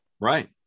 Right